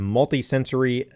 Multisensory